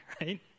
Right